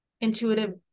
intuitive